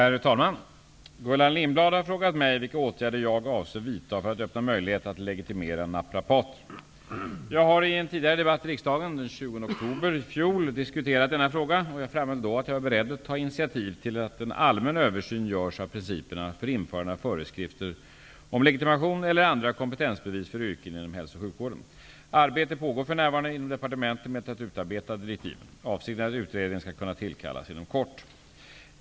Herr talman! Gullan Lindblad har frågat mig vilka åtgärder jag avser vidta för att öppna möjlighet att legitimera naprapater. Jag har i en tidigare debatt i riksdagen, den 20 oktober förra året, diskuterat denna fråga, och jag framhöll då att jag var beredd att ta initiativ till att en allmän översyn görs av principerna för införande av föreskrifter om legitimation eller andra kompetensbevis för yrken inom hälso och sjukvården. Arbete pågår för närvarande inom departementet med att utarbeta direktiven. Avsikten är att utredningen skall kunna tillkallas inom kort.